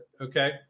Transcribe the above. Okay